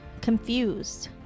confused